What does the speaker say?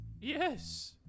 yes